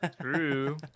True